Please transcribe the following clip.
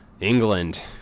england